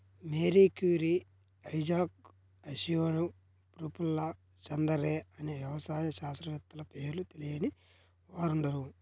Mary Curie, Isaac Asimov, Prafulla Chandra Ray అనే వ్యవసాయ శాస్త్రవేత్తల పేర్లు తెలియని వారుండరు